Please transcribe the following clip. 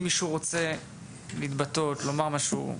אם מישהו רוצה להתבטא, לומר משהו.